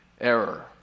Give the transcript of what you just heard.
error